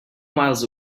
miles